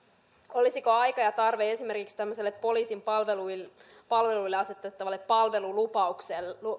olisiko aika ja tarve esimerkiksi tämmöiselle poliisin palveluille palveluille asetettavalle palvelulupaukselle